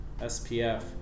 spf